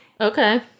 Okay